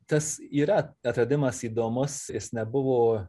tas yra atradimas įdomus jis nebuvo